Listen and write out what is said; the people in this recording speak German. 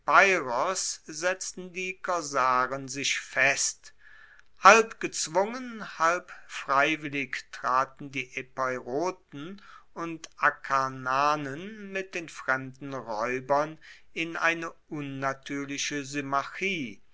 setzten die korsaren sich fest halb gezwungen halb freiwillig traten die epeiroten und akarnanen mit den fremden raeubern in eine unnatuerliche